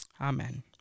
Amen